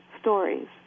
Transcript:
stories